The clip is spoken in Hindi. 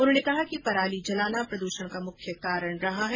उन्होंने कहा कि पराली जलाना प्रद्षण को मुख्य कारण है